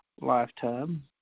lifetime